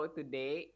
today